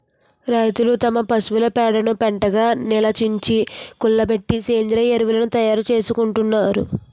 రైతులు తమ పశువుల పేడను పెంటగా నిలవుంచి, కుళ్ళబెట్టి సేంద్రీయ ఎరువును తయారు చేసుకుంటారు